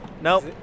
Nope